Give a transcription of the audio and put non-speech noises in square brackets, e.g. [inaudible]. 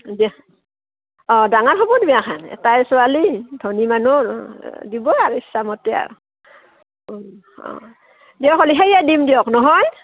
দে অঁ দাঙৰ হ'ব [unintelligible] এটাই ছোৱালী ধনী মানুহ দিব আৰু [unintelligible] আৰু অঁ দিয়ক হ'ল সেয়া দিম দিয়ক নহয়